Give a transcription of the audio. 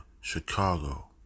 Chicago